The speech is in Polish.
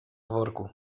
worku